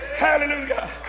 Hallelujah